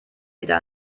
wieder